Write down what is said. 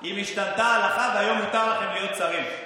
אם השתנתה ההלכה והיום מותר לכם להיות שרים.